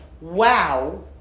wow